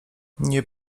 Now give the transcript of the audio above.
nie